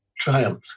triumph